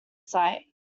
sight